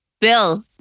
Bill